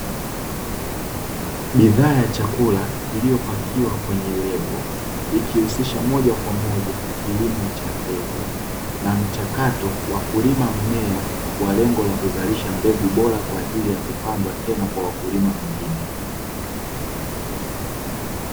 Bidhaa za chakula kilichopakiwa kkwwnye lori kinaonyesha wazi kilimo cha mbegu kinachohamasisha upandaji wa mbegu bora